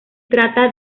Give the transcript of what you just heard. trata